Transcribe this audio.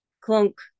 Clunk